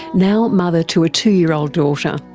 now mother to a two-year-old daughter.